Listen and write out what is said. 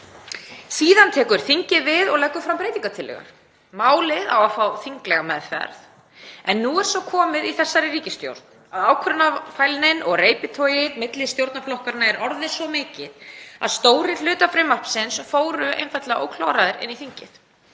Síðan tekur þingið við og leggur fram breytingartillögu. Málið á að fá þinglega meðferð en nú er svo komið í þessari ríkisstjórn að ákvörðunarfælnin og reiptogið milli stjórnarflokkanna er orðið svo mikið að stórir hlutar frumvarpsins fóru einfaldlega ókláraðir inn í þingið